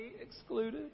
excluded